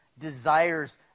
desires